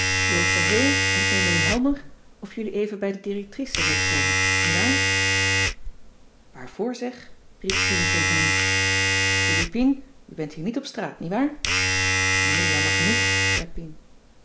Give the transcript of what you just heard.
jo ter heul en emilie helmer of jullie even bij de directrice wilt komen niewaar waarvoor zeg riep pien tegen ons philippien je bent hier niet op straat niewaar nee jammer genoeg zei pien